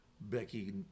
Becky